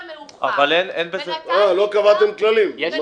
או עד למועד קביעת כללים, לפי המאוחר.